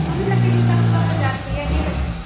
ਪੂਰੀ ਲੱਗੇਗੀ ਤਾਂ ਮਤਲਬ ਹਜ਼ਾਰ ਰੁਪਇਆ ਹੀ ਲੱਗੇਗੀ